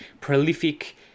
prolific